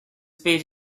page